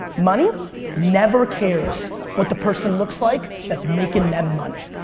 money never cares what the person looks like that's making them money.